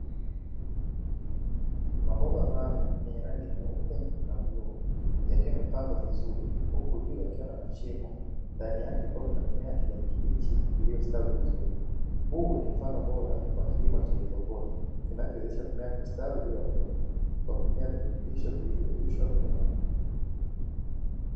Mabomba maalumu yenye rangi nyeupe na bluu yakiwa yamepangwa vizuri, uku juu yakiwa na mashimo ndani yake kukiwa na mimea ya kijani kibichi iliostawi vizuri huu ni mfano ubora wa kilimo cha haidroponi kunachowezesha mimea kuswawi bila udongo kwa kutumia virutubisho vilivyoyeyushwa kwenye maji.